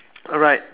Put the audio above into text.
alright